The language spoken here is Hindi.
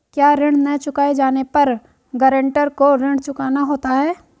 क्या ऋण न चुकाए जाने पर गरेंटर को ऋण चुकाना होता है?